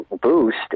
boost